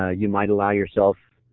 ah you know might allow yourselves